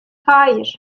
hayır